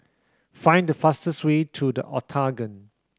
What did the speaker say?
find the fastest way to The Octagon